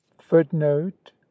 Footnote